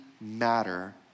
matter